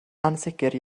ansicr